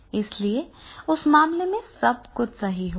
इसलिए उस मामले में सब कुछ सही होगा